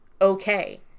okay